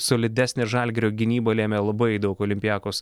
solidesnė žalgirio gynyba lėmė labai daug olimpiakos